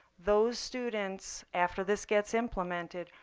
those students, after this gets implemented,